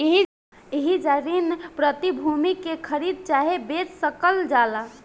एइजा ऋण प्रतिभूति के खरीद चाहे बेच सकल जाला